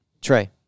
Trey